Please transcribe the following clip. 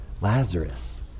Lazarus